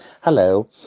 Hello